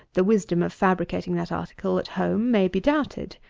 the wisdom of fabricating that article at home may be doubted.